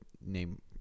name